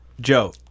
Joe